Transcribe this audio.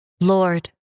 Lord